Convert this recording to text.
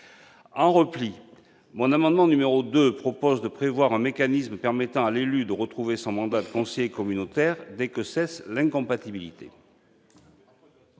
En repli, l'amendement n° 2 tend à prévoir un mécanisme permettant à l'élu de retrouver son mandat de conseiller communautaire dès que cesse l'incompatibilité.